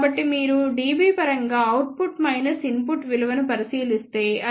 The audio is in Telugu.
కాబట్టి మీరు dB పరంగా అవుట్పుట్ మైనస్ ఇన్పుట్ విలువను పరిశీలిస్తే అది 25